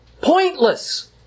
pointless